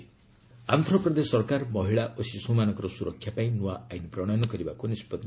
AP ଦିଶା ଆକୁ ଆନ୍ଧ୍ରପ୍ରଦେଶ ସରକାର ମହିଳା ଓ ଶିଶୁମାନଙ୍କର ସୁରକ୍ଷା ପାଇଁ ନ୍ତଆ ଆଇନ ପ୍ରଣୟନ କରିବାକୁ ନିଷ୍ପତ୍ତି